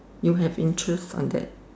you have interest on that